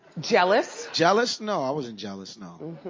jealous. jealous? no i wasn't jealous, no.